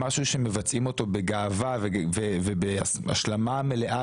משהו שמבצעים אותו בגאווה ובהשלמה מלאה